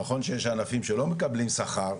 נכון שיש ענפים שלא מקבלים שכר,